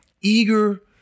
eager